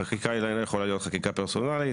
חקיקה איננה יכולה להיות חקיקה פרסונלית.